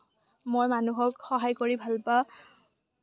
মই মানুহক সহায় কৰি ভাল পাওঁ